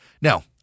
Now